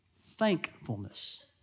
thankfulness